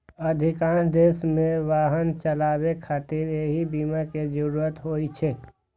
अधिकांश देश मे वाहन चलाबै खातिर एहि बीमा के जरूरत होइ छै